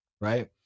right